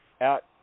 out